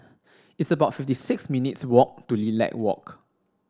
it's about fifty six minutes' walk to Lilac Walk